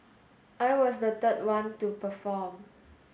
I was the third one to perform